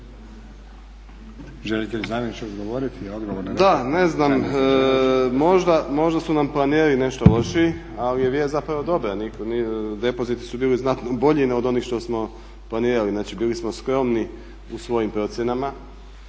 Da, ne znam možda su nam planovi nešto lošiji ali je vijest zapravo dobra. Depoziti su bili znatno bolji od onih što smo planirali. Znači bili smo skromni u svojim procjenama,